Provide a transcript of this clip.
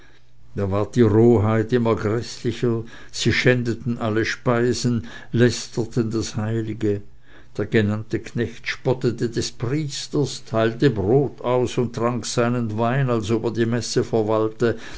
da ward die roheit immer gräßlicher sie schändeten alle speisen lästerten alles heilige der genannte knecht spottete des priesters teilte brot aus und trank seinen wein als ob er die messe verwaltete